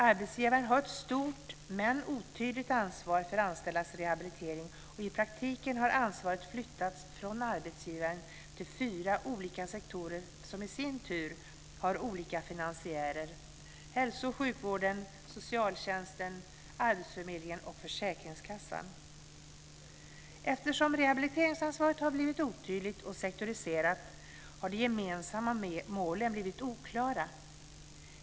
Arbetsgivaren har ett stort, men otydligt, ansvar för de anställdas rehabilitering, och i praktiken har ansvaret flyttats från arbetsgivaren till fyra olika sektorer, som i sin tur har olika finansiärer; hälso och sjukvården, socialtjänsten, arbetsförmedlingen och försäkringskassan. Eftersom rehabiliteringsansvaret har blivit otydligt och sektoriserat har de gemensamma målen blivit oklara.